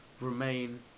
remain